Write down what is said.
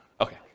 Okay